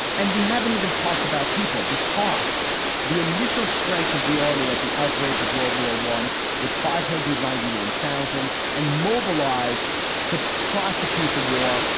and we haven't even talked about people because the initial strength of the army at the outbreak of world war one was five hundred ninety one thousand and mobilized to prosecute the war,